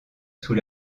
sous